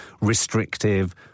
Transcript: restrictive